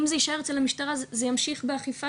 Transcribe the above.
אם זה יישאר אצל המשטרה זה ימשיך באכיפה